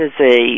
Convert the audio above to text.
disease